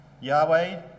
Yahweh